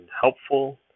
helpful